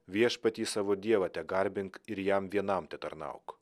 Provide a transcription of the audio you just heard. viešpatį savo dievą tegarbink ir jam vienam tetarnauk